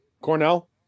Cornell